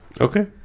Okay